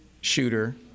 shooter